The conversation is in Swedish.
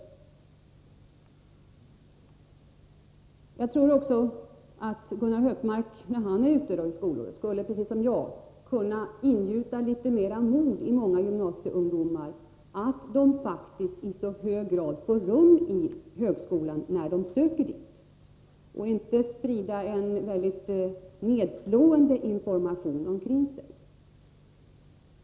Vidare tycker jag att Gunnar Hökmark, när han är ute i skolorna, skulle precis som jag kunna ingjuta litet mera mod i många gymnasieungdomar genom att tala om att de faktiskt i så hög grad får rum i högskolan, när de söker dit, och inte sprida en mycket nedslående information omkring sig.